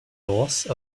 norse